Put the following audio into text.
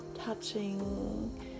touching